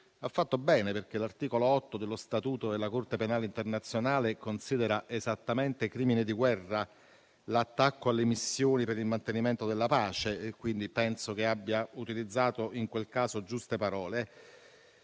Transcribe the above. ha fatto bene, perché l'articolo 8 dello statuto della Corte penale internazionale considera esattamente crimine di guerra l'attacco alle missioni per il mantenimento della pace. Penso quindi che in quel caso abbia utilizzato parole giuste.